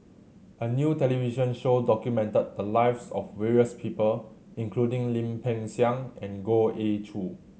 a new television show documented the lives of various people including Lim Peng Siang and Goh Ee Choo